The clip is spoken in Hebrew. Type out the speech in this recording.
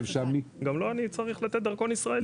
גם לא אני צריך לתת דרכון ישראלי.